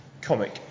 comic